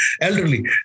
elderly